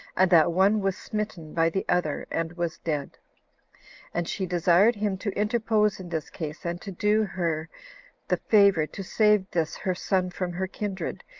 and that one was smitten by the other, and was dead and she desired him to interpose in this case, and to do her the favor to save this her son from her kindred,